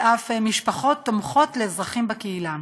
היא "משפחות תומכות לאזרחים בקהילה",